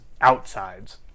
outsides